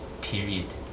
period